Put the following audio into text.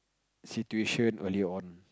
situation earlier on